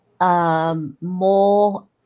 More